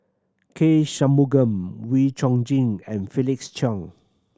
K Shanmugam Wee Chong Jin and Felix Cheong